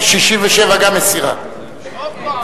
מסירה,